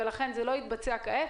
ולכן זה לא יתבצע כעת.